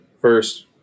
first